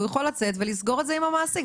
הוא יכול לצאת ולסגור את זה עם המעסיק,